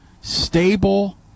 stable